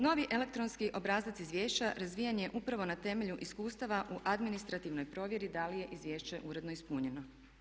Novi elektronski obrazac izvješća razvijen je upravo na temelju iskustava u administrativnoj provjeri da li je izvješće uredno ispunjeno.